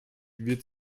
wird